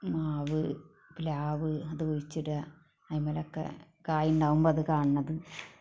മാവ് പ്ലാവ് അത് കുഴിച്ചിടുക അതിൻമേലൊക്കെ കായ് ഉണ്ടാകുമ്പോൾ അത് കാണുന്നത്